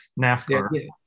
NASCAR